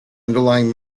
underlying